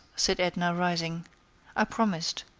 said edna, rising i promised.